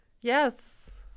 Yes